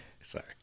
sorry